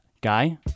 Guy